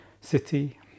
city